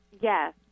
Yes